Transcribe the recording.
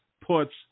puts